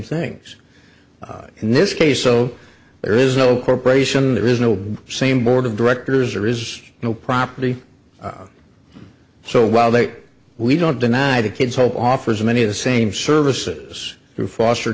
things in this case so there is no corporation there is no same board of directors or is no property so while that we don't deny the kids hope offers many of the same services to foster